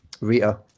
Rita